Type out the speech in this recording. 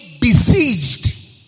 besieged